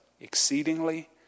exceedingly